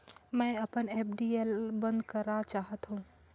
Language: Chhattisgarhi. मैं अपन एफ.डी ल बंद करा चाहत हों